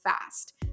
fast